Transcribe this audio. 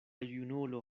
junulo